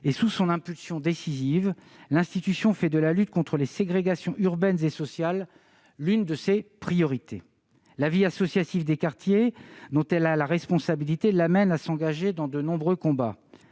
et, sous son impulsion décisive, l'institution fait de la lutte contre les ségrégations urbaines et sociales l'une de ses priorités. La vie associative des quartiers, dont elle a la responsabilité, l'amène à s'engager dans de nombreux combats